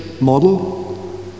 model